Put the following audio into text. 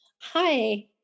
hi